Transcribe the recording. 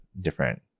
different